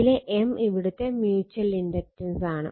ഇതിലെ M ഇവിടുത്തെ mutual ഇൻഡക്റ്റൻസാണ്